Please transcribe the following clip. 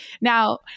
Now